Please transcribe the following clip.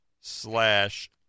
slash